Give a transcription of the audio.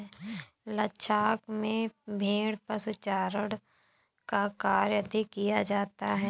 लद्दाख में भेड़ पशुचारण का कार्य अधिक किया जाता है